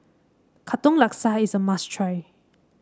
Katong Laksa is a must try